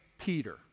peter